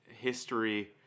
history